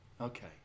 Okay